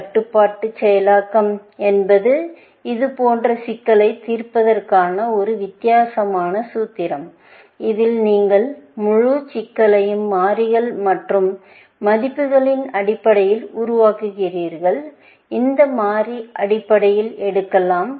கட்டுப்பாட்டு செயலாக்கம் என்பது இது போன்ற சிக்கல்களைத் தீர்ப்பதற்கான ஒரு வித்தியாசமான சூத்திரமாகும் இதில் நீங்கள் முழு சிக்கலையும் மாறிகள் மற்றும் மதிப்புகளின் அடிப்படையில் உருவாக்குகிறீர்கள் அந்த மாறி அடிப்படையில் எடுக்கலாம்